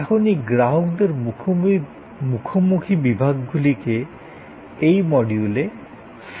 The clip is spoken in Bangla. এখন এই গ্রাহকদের মুখোমুখি বিভাগগুলিকে এই মডিউলে ফ্রন্ট অফিস ডাকা হবে